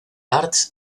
arts